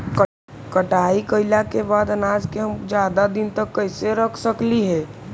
कटाई कैला के बाद अनाज के हम ज्यादा दिन तक कैसे रख सकली हे?